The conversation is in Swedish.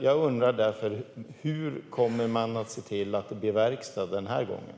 Jag undrar därför: Hur kommer man att se till att det blir verkstad den här gången?